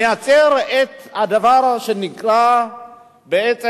לפעמים מייצרת את הדבר שנקרא הפרטות.